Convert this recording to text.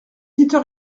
dites